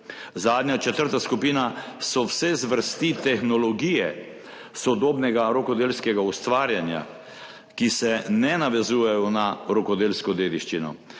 Zadnja, četrta skupina so vse zvrsti tehnologije sodobnega rokodelskega ustvarjanja, ki se ne navezujejo na rokodelsko dediščino.